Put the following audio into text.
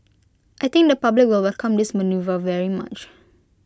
I think the public will welcome this manoeuvre very much